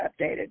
updated